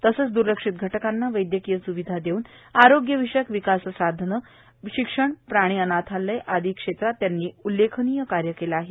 तसंच दुर्लक्षित घटकांना वैदयकीय सुविधा देऊन आरोग्य विषयक विकास साधनं शिक्षण प्राणी अनाथालय आदी क्षेत्रात त्यांनी उल्लेखनीय कार्य केलं आहे